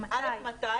מתי